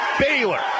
Baylor